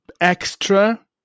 extra